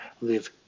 live